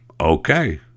Okay